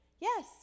Yes